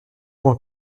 point